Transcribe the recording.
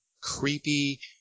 creepy